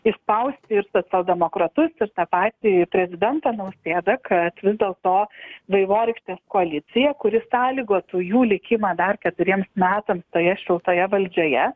išspausti ir socialdemokratus ir tą patį prezidentą nausėdą kad vis dėlto vaivorykštės koalicija kuri sąlygotų jų likimą dar keturiems metams toje šiltoje valdžioje